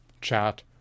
chat